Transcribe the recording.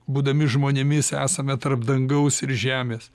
būdami žmonėmis esame tarp dangaus ir žemės